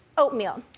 oatmeal.